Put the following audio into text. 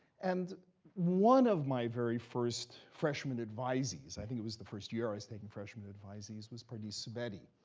and one of my very first freshman advisees i think it was the first year i was taking freshman advisees was pardis sabeti.